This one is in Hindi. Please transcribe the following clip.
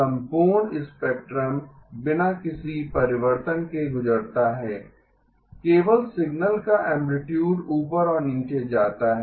संपूर्ण स्पेक्ट्रम बिना किसी परिवर्तन के गुजरता है केवल सिग्नल का ऐम्पलीटूड ऊपर और नीचे जाता है